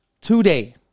Today